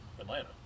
Atlanta